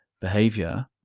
behavior